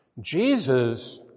Jesus